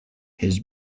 his